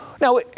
Now